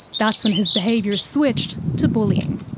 that's when his behaviour switched to bullying.